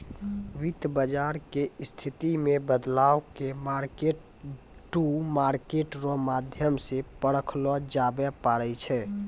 वित्त बाजार के स्थिति मे बदलाव के मार्केट टू मार्केट रो माध्यम से परखलो जाबै पारै छै